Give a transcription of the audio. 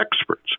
experts